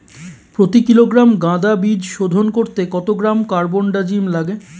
প্রতি কিলোগ্রাম গাঁদা বীজ শোধন করতে কত গ্রাম কারবানডাজিম লাগে?